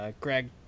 Greg